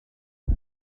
and